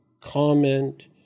comment